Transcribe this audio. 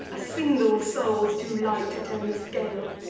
a single soul's too light to turn the scale.